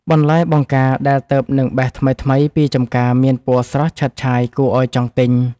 បន្លែបង្ការដែលទើបនឹងបេះថ្មីៗពីចម្ការមានពណ៌ស្រស់ឆើតឆាយគួរឱ្យចង់ទិញ។